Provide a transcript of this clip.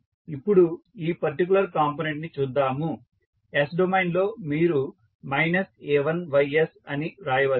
ఇప్పుడు ఈ particular component ని చూద్దాము s డొమైన్ లో మీరు మైనస్ a1ys అని వ్రాయవచ్చు